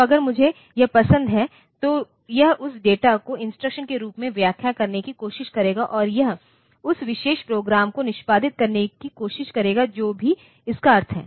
तो अगर मुझे यह पसंद है तो यह उस डेटा को इंस्ट्रक्शन के रूप में व्याख्या करने की कोशिश करेगा और यह उस विशेष प्रोग्राम को निष्पादित करने की कोशिश करेगा जो भी इसका अर्थ है